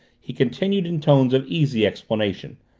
he continued in tones of easy explanation,